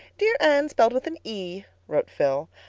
dear anne spelled with an e, wrote phil,